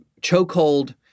chokehold